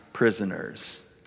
Prisoners